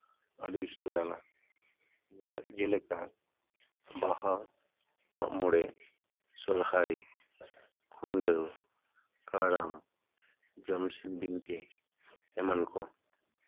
ᱟᱹᱰᱤ ᱩᱥᱛᱟᱹᱨᱟᱱᱟ ᱡᱮᱞᱮᱠᱟ ᱵᱟᱦᱟ ᱢᱟᱜ ᱢᱚᱬᱮ ᱥᱚᱦᱚᱨᱟᱭ ᱠᱷᱩᱱᱴᱟᱹᱣ ᱠᱟᱨᱟᱢ ᱡᱚᱢᱥᱤᱢ ᱵᱤᱱᱛᱤ ᱮᱢᱟᱱ ᱠᱚ